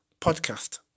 podcast